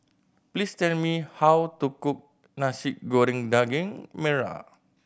please tell me how to cook Nasi Goreng Daging Merah